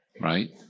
right